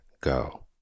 go